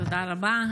תודה רבה.